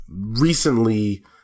recently